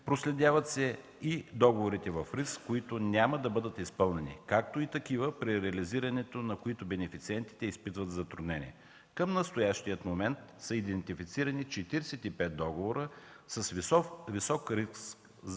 проследяват се и договорите в риск, които няма да бъдат изпълнени, както и такива, при реализирането на които бенефициентите изпитват затруднения. Към настоящия момент са идентифцирани 45 договора с висок риск от